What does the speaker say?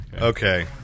Okay